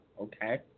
okay